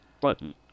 Button